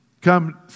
Come